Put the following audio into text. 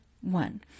one